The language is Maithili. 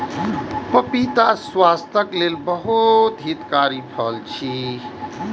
पपीता स्वास्थ्यक लेल बहुत हितकारी फल छै